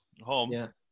home